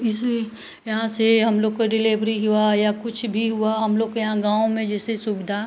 इसलिए यहाँ से हम लोग को डिलेवरी हुआ या कुछ भी हुआ हम लोग के यहाँ जैसे सुविधा